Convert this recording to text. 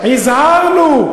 הזהרנו.